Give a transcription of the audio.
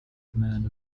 command